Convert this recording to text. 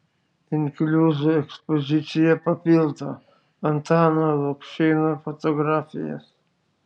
inkliuzų ekspoziciją papildo antano lukšėno fotografijos